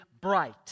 bright